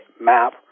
map